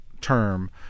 term